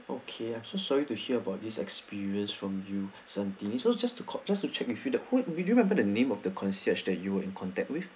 okay I'm so sorry to hear about this experience from u seventeenth was just to conf~ to check with you do you remember the name of the concierge that you were in contact with